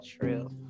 true